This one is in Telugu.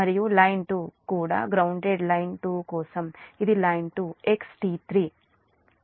మరియు లైన్ 2 కూడా గ్రౌన్దేడ్ లైన్ 2 కోసం ఇది లైన్ 2 XT3